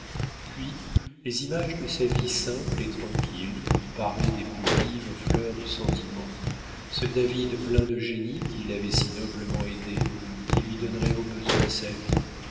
puis les images de sa vie simple et tranquille parée des plus vives fleurs du sentiment ce david plein de génie qui l'avait si noblement aidé qui lui donnerait au besoin sa vie